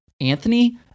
Anthony